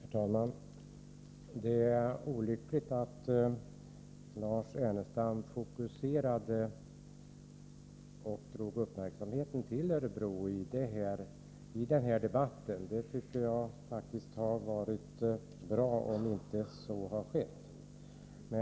Herr talman! Det var olyckligt att Lars Ernestam fokuserade och drog uppmärksamheten till Örebro i denna debatt. Det hade varit bra om så inte hade skett.